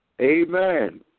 Amen